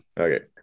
Okay